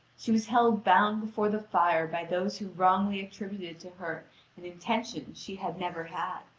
she was held bound before the fire by those who wrongly attributed to her an intention she had never had.